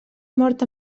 mort